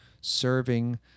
serving